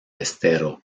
estero